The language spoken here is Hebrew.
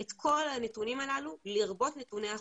את כל הנתונים הללו לרבות נתוני החובות.